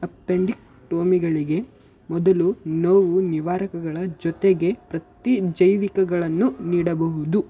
ಅಪ್ಪೆಂಡಿಕ್ಟೋಮಿಗಳಿಗೆ ಮೊದಲು ನೋವು ನಿವಾರಕಗಳ ಜೊತೆಗೆ ಪ್ರತಿಜೈವಿಕಗಳನ್ನು ನೀಡಬಹುದು